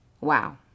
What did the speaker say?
Wow